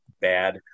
Bad